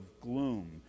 gloom